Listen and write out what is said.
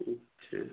अच्छा